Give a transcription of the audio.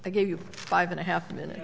they gave you five and a half minutes